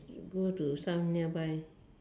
go to some nearby